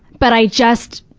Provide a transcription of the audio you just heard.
but i just,